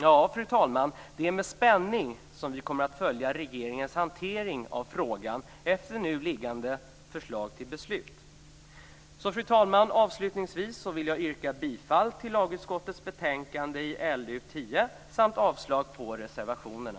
Ja, fru talman, det är med spänning som vi kommer att följa regeringens hantering av frågan efter nu liggande förslag till beslut. Fru talman! Avslutningsvis vill jag yrka bifall till hemställan i lagutskottets betänkande LU10 samt avslag på reservationerna.